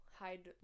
hide